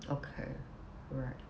okay right